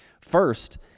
First